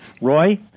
Roy